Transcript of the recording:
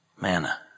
manna